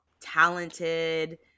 talented